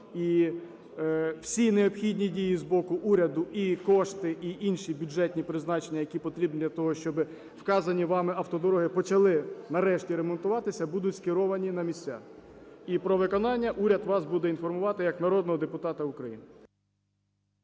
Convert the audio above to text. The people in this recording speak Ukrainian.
І всі необхідні дії з боку уряду: і кошти, і інші бюджетні призначення, які потрібні для того, щоб вказані вами автодороги почали нарешті ремонтуватися, - будуть скеровані на місця. І про виконання уряд вас буде інформувати як народного депутата України.